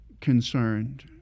concerned